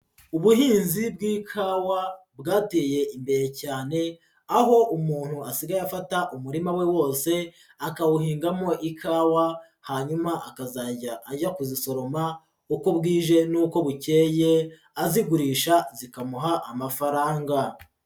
Ubuhinzi bw'ikawa bwateye imbere cyane, aho umuntu asigaye afata umurima we wose akawuhingamo ikawa, hanyuma akazajya ajya kuzisoroma uko bwije n'uko bukeye azigurisha zikamuha amafaranga.